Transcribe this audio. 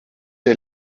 der